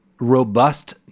robust